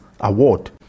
award